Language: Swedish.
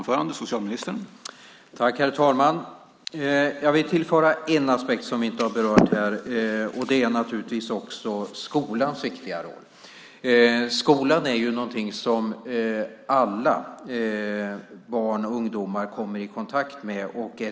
Herr talman! Jag vill tillföra en aspekt som vi inte har berört här. Det är skolans viktiga roll. Alla barn och ungdomar kommer i kontakt med skolan.